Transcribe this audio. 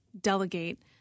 delegate